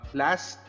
last